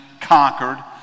conquered